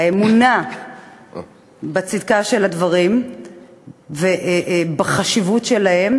האמונה בצדקת הדברים ובחשיבות שלהם